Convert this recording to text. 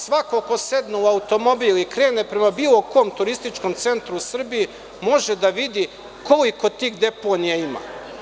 Svako ko sedne u automobil i krene prema bilo kom turističkom centru u Srbiji može da vidi koliko tih deponija ima.